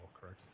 correct